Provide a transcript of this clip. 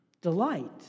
delight